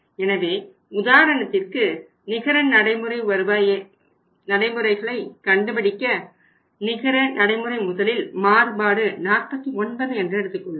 எனவே உதாரணத்திற்கு நிகர நடைமுறைகளை கண்டுபிடிக்க நிகர நடைமுறை முதலில் மாறுபாடு 49 என்று எடுத்துக்கொள்வோம்